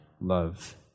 love